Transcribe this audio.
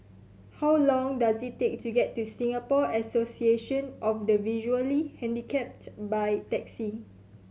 how long does it take to get to Singapore Association of the Visually Handicapped by taxi